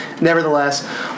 Nevertheless